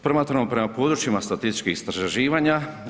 Promatramo prema područjima statističkih istraživanja.